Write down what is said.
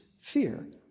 fear